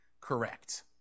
correct